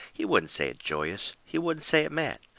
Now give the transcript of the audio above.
he wouldn't say it joyous. he wouldn't say it mad.